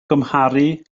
gymharu